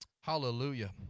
Hallelujah